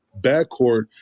backcourt